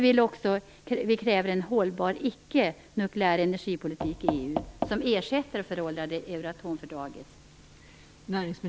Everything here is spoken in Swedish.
Vi kräver en hållbar icke-nukleär energipolitik i